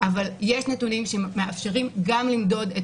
אבל יש נתונים שמאפשרים גם למדוד את